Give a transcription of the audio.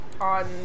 on